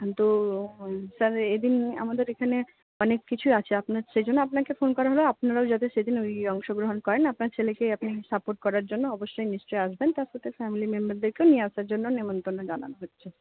তো স্যার এইদিন আমাদের এখানে অনেক কিছুই আছে আপনাকে সেই জন্য আপনাকে ফোন করা হল আপনারাও যাতে সেদিন ওই অংশগ্রহণ করেন আপনার ছেলেকে আপনি সাপোর্ট করার জন্য অবশ্যই নিশ্চয়ই আসবেন তারপর তো ফ্যামিলি মেম্বারদেরকে নিয়ে আসার জন্যও নেমন্তন্ন জানানো হচ্ছে